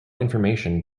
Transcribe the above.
information